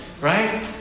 right